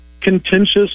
contentious